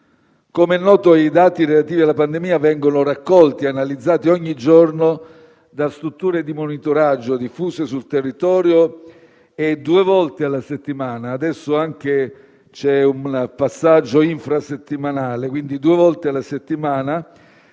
Com'è noto, i dati relativi alla pandemia vengono raccolti e analizzati ogni giorno da strutture di monitoraggio diffuse sul territorio; due volte alla settimana - adesso c'è anche un passaggio infrasettimanale - vengono analizzati da